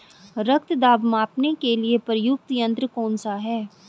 रक्त दाब मापने के लिए प्रयुक्त यंत्र कौन सा है?